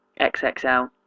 XXL